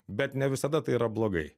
bet ne visada tai yra blogai